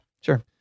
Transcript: Sure